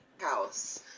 House